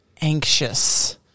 anxious